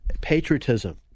patriotism